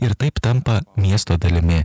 ir taip tampa miesto dalimi